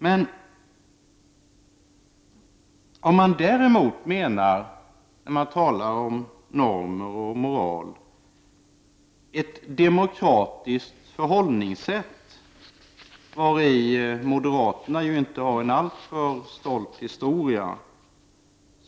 Det kan också vara så att man, när man talar om normer och moral, menar ett demokratiskt förhållningssätt. Där har moderaterna inte en alltför stolt historia.